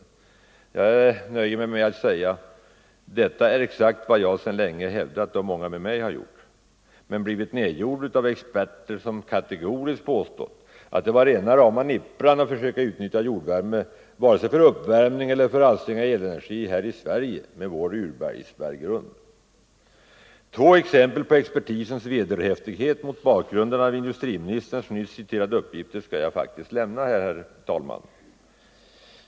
Men jag nöjer mig med att säga: Detta är exakt vad jag - och många med mig — länge hävdat, men vi har blivit nedgjorda av experter som kategoriskt påstått att det är rena rama nippran att försöka utnyttja jordvärme — både för uppvärmning och för alstring av elenergi — här i Sverige med vår urbergsberggrund. Två exempel på expertisens vederhäftighet mot bakgrund av de upp 39 gifter av industriministern som jag nyss citerat skall jag faktiskt lämna, herr talman.